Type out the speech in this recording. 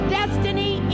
destiny